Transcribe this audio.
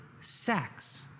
sex